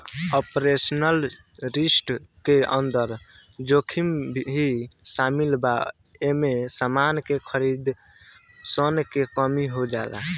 operational risk के अंदर जोखिम भी शामिल बा एमे समान के खरीदार सन के कमी हो जाला